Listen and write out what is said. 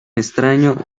extraño